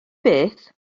beth